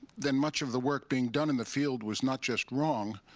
then much of the work being done in the field was not just wrong,